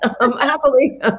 happily